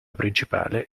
principale